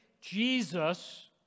Jesus